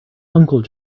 uncle